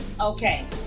Okay